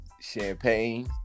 champagne